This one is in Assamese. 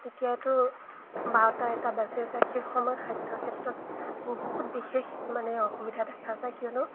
তেতিয়াওতো বাৰটা এটা বাজি আছে সেই সময়ত খাদ্যৰ ক্ষেত্ৰত বহুত বিশেষ মানে অসুবিধা দেখা যায় কিয়নো